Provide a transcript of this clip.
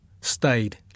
stayed